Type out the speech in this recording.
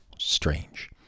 strange